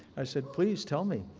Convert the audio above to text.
i said, please tell me.